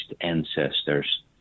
ancestors